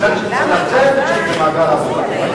ומצד שני צריך לצאת למעגל העבודה.